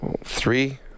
three